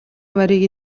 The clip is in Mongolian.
морийг